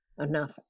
enough